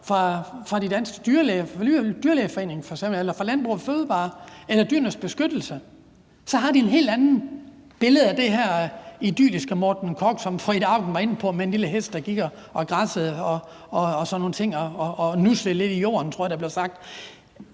Den Danske Dyrlægeforening f.eks., eller fra Landbrug & Fødevarer eller Dyrenes Beskyttelse, så har de et helt andet billede af det her idylliske Morten Korch-sceneri, som fru Ida Auken var inde på, med en lille hest, der gik og græssede og sådan nogle ting og nussede lidt i jorden, tror jeg der blev sagt.